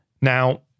Now